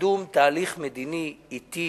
קידום תהליך מדיני אטי,